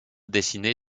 dessinée